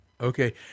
Okay